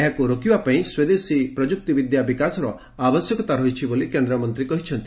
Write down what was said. ଏହାକୁ ରୋକିବା ପାଇଁ ସ୍ୱଦେଶୀ ପ୍ରଯୁକ୍ତି ବିଦ୍ୟା ବିକାଶର ଆବଶ୍ୟକତା ରହିଛି ବୋଲି କେନ୍ଦ୍ରମନ୍ତ୍ରୀ କହିଛନ୍ତି